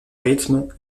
rythme